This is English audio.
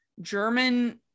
German